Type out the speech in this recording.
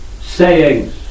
sayings